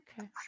okay